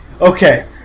Okay